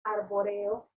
arbóreo